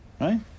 right